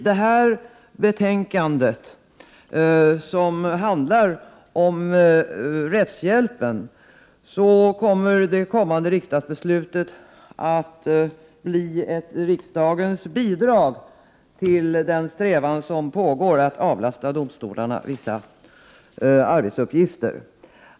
Det kommande riksdagsbeslutet med anledning av detta betänkande, som handlar om rättshjälpen, kommer att bli ett riksdagens bidrag till den strävan som pågår, att avlasta domstolarna vissa arbetsuppgifter.